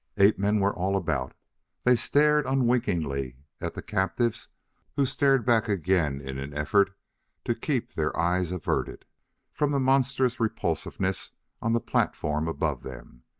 ape-men were all about they stared unwinkingly at the captives who stared back again in an effort to keep their eyes averted from the monstrous repulsiveness on the platform above them,